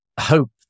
hope